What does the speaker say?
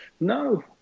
No